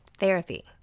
Therapy